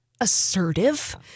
assertive